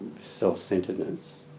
self-centeredness